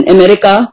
America